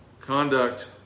Conduct